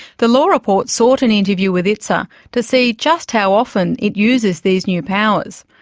the law report sought an interview with itsa to see just how often it uses these new powers.